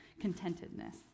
contentedness